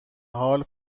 حال